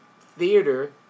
theater